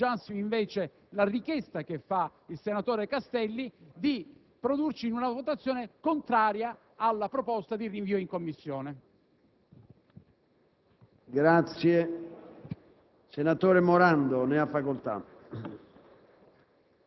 faremmo torto al nostro convincimento se non appoggiassimo la richiesta che fa il senatore Castelli di produrci in una votazione contraria alla proposta di rinvio in Commissione.